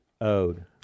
owed